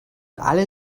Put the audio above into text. alle